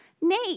Nate